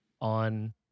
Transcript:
on